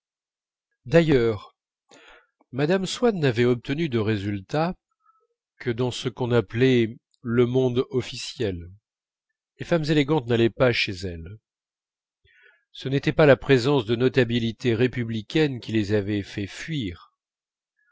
d'ailleurs mme swann n'avait obtenu de résultats que dans ce qu'on appelait le monde officiel les femmes élégantes n'allaient pas chez elle ce n'était pas la présence de notabilités républicaines qui les avait fait fuir